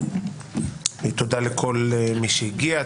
תודה לכל מי שהגיע,